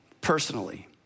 personally